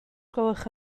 gwelwch